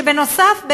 שנוסף,